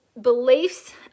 beliefs